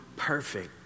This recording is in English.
perfect